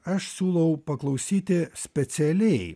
aš siūlau paklausyti specialiai